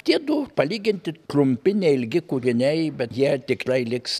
tiedu palyginti trumpi neilgi kūriniai bet jie tikrai liks